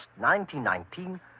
1919